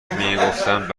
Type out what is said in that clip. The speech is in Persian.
میگفتند